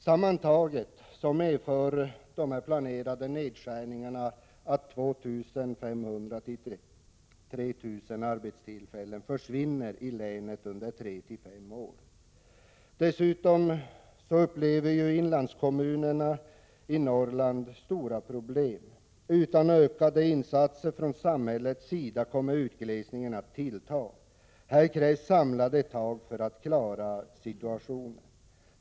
: Sammantaget medför de planerade nedskärningarna att 2 500-3 000 arbetstillfällen försvinner i länet under de närmaste tre till fem åren. Dessutom upplever inlandskommunerna i Norrland stora problem. Utan ökade insatser från samhällets sida kommer utglesningen att tillta. Här krävs samlade tag för att klara situationen.